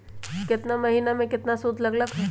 केतना महीना में कितना शुध लग लक ह?